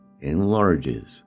enlarges